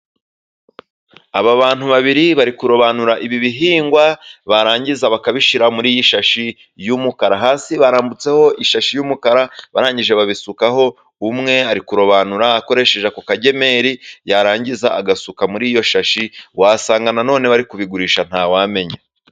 Aba bantu babiri bari kurobanura ibi bihingwa, barangiza bakabishyira muri iyi shashi y'umukara, hasi barambitseho ishashi y'umukara, barangije babisukaho, umwe ari kurobanura akoresheje ako kagemeri, yarangiza agasuka muri iyo shashi, wasanga nanone bari kubigurisha ntawamenya.